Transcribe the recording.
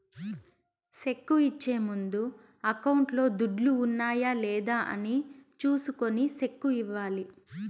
cheque ఇచ్చే ముందు అకౌంట్లో దుడ్లు ఉన్నాయా లేదా అని చూసుకొని సెక్కు ఇవ్వాలి